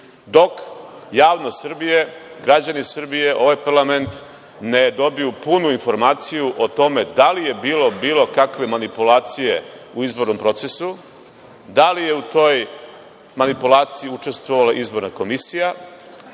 dok javnost Srbije, građani Srbije, ovaj parlament, ne dobiju punu informaciju o tome da li je bilo, bilo kakve manipulacije u izbornom procesu. Da li je u toj manipulaciji učestvovala izborna komisija?